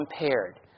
impaired